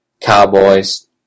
Cowboys